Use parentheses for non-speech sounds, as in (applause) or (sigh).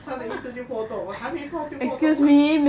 她的一次就破洞还没穿就破洞 (laughs)